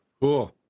Cool